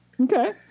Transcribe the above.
Okay